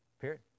Period